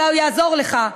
אולי הוא יעזור לך,